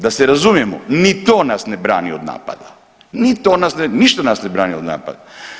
Da se razumijemo, ni to nas ne brani od napada, ni to nas ništa nas ne brani od napada.